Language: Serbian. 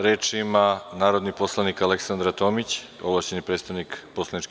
Reč ima narodni poslanik Aleksandra Tomić, ovlašćeni predstavnik SNS.